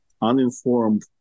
uninformed